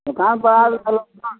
दोकानपर आयल छलहुँ शाममे